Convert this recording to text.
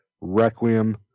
Requiem